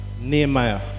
Nehemiah